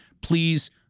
please